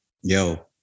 yo